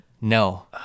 no